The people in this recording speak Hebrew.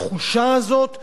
התחושה הזאת שאנחנו,